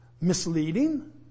misleading